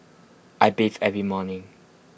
I bathe every morning